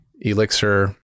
Elixir